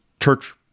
church